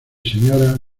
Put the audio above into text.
señoras